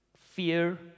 fear